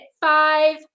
five